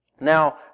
Now